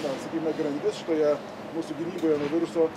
na sakykime grandis šitoje mūsų gynyboje nuo viruso